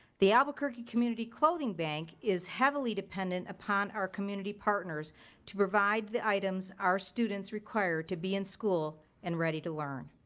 the albuquerque community clothing bank is heavily dependent upon our community partners to provide the items our students require to be in school and ready to learn.